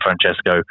Francesco